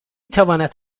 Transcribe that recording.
تواند